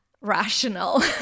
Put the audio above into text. rational